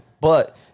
But-